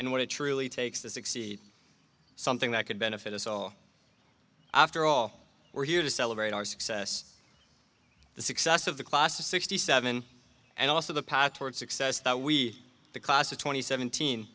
and what it truly takes to succeed something that could benefit us all after all we're here to celebrate our success the success of the class of sixty seven and also the path toward success we the class of twenty seventeen